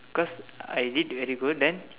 cause I did very good then